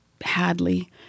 Hadley